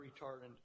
retardant